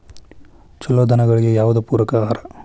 ಛಲೋ ದನಗಳಿಗೆ ಯಾವ್ದು ಪೂರಕ ಆಹಾರ?